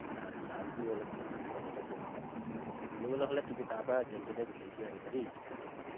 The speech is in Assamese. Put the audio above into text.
দাম দামটো অলপ কম কমতে পোৱা হয় আনিবলৈ হ'লে তুমি তাৰপৰাই যেনতেনে হেৰি কৰি আনিবা দেই